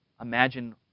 imagine